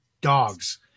dogs